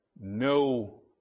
no